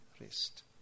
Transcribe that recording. rest